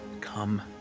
come